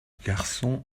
garçon